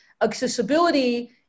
accessibility